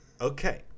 Okay